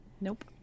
nope